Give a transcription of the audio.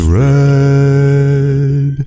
red